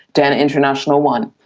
dana international won.